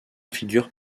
figure